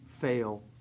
fail